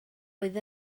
oedd